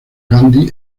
gandhi